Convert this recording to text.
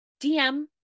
DM